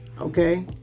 Okay